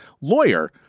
lawyer